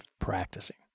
practicing